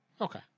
Okay